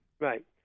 Right